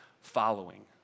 following